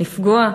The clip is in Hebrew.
לפגוע.